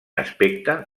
aspecte